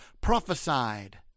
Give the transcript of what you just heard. prophesied